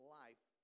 life